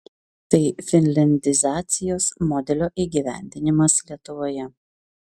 tai finliandizacijos modelio įgyvendinimas lietuvoje